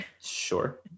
Sure